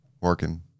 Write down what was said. working